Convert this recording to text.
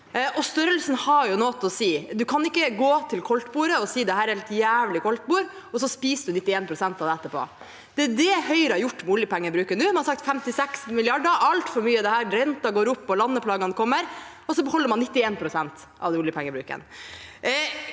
størrelsen har jo noe å si. Man kan ikke gå til koldtbordet og si at dette er et helt jævlig koldtbord, og så spiser man 91 pst. av det etterpå. Det er det Høyre har gjort med oljepengebruken nå: Man har sagt at 56 mrd. kr er altfor mye, renta går opp og landeplagene kommer, og så beholder man 91 pst. av oljepengebruken.